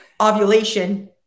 ovulation